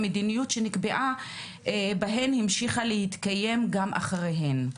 המדיניות שנקבעה בהן המשיכה להתקיים גם אחריהן.